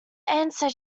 answer